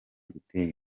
gutera